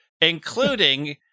including